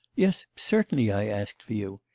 yes, certainly i asked for you.